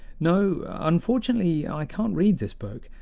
no, unfortunately, i can't read this book,